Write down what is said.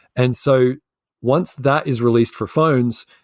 and so once that is released for phones,